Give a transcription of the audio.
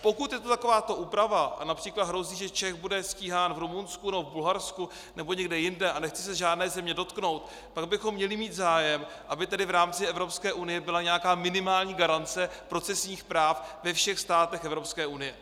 Pokud je to takováto úprava a například hrozí, že Čech bude stíhán v Rumunsku, v Bulharsku, nebo někde jinde, a nechci se žádné země dotknout, pak bychom měli mít zájem, aby v rámci Evropské unie byla nějaká minimální garance procesních práv ve všech státech Evropské unie.